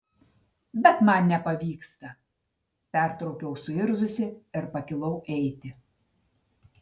bet man nepavyksta pertraukiau suirzusi ir pakilau eiti